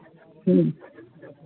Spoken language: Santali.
ᱦᱮᱸ